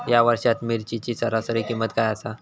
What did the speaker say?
या वर्षात मिरचीची सरासरी किंमत काय आसा?